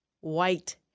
white